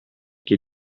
che